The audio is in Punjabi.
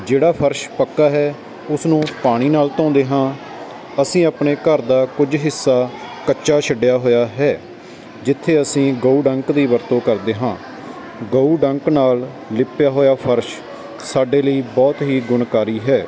ਜਿਹੜਾ ਫਰਸ਼ ਪੱਕਾ ਹੈ ਉਸ ਨੂੰ ਪਾਣੀ ਨਾਲ ਧੋਂਦੇ ਹਾਂ ਅਸੀਂ ਆਪਣੇ ਘਰ ਦਾ ਕੁਝ ਹਿੱਸਾ ਕੱਚਾ ਛੱਡਿਆ ਹੋਇਆ ਹੈ ਜਿੱਥੇ ਅਸੀਂ ਗਊ ਡੰਕ ਦੀ ਵਰਤੋਂ ਕਰਦੇ ਹਾਂ ਗਊ ਡੰਕ ਨਾਲ ਲਿਪਿਆ ਹੋਇਆ ਫਰਸ਼ ਸਾਡੇ ਲਈ ਬਹੁਤ ਹੀ ਗੁਣਕਾਰੀ ਹੈ